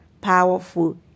powerful